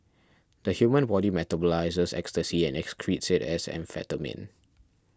the human body metabolises ecstasy and excretes it as amphetamine